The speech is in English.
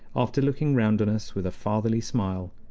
after looking round on us with a fatherly smile,